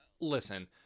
listen